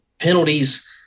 penalties